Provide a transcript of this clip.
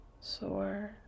soar